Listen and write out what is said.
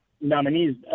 nominees